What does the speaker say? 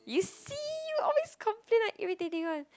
you see always complain like irritating [one]